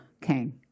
came